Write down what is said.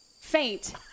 faint